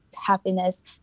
happiness